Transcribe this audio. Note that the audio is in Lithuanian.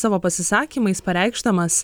savo pasisakymais pareikšdamas